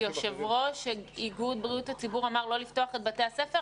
יושב-ראש איגוד בריאות הציבור אמר לא לפתוח את בתי הספר?